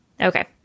Okay